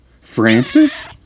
Francis